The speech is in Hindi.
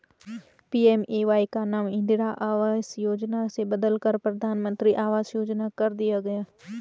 पी.एम.ए.वाई का नाम इंदिरा आवास योजना से बदलकर प्रधानमंत्री आवास योजना कर दिया गया